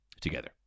Together